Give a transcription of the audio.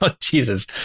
Jesus